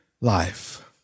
life